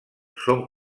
són